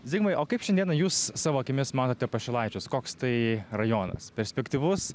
zigmai o kaip šiandieną jūs savo akimis matote pašilaičius koks tai rajonas perspektyvus